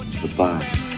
Goodbye